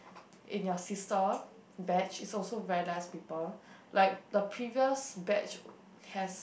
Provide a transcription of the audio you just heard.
in your sister batch is also very less people like the previous batch have